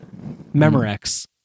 Memorex